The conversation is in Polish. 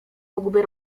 mógłby